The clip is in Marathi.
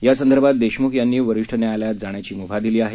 यासंदर्मात देशमुख यांना वरिष्ठ न्यायालयात जाण्याची मुमा दिली आहे